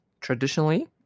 Traditionally